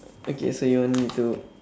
okay so you want me to